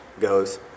goes